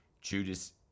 Judas